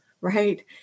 right